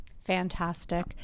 Fantastic